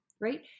right